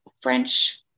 French